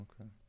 Okay